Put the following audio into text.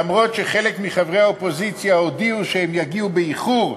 אף שחלק מחברי האופוזיציה הודיעו שהם יגיעו באיחור,